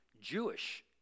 Jewish